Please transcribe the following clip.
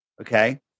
okay